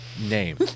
name